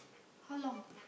how long